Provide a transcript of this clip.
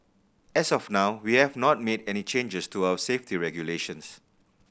as of now we have not made any changes to our safety regulations